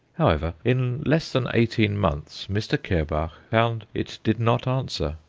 however, in less than eighteen months mr. kerbach found it did not answer,